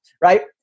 right